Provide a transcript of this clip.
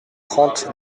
trente